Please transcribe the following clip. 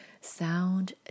sound